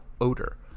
odor